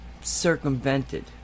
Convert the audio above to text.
circumvented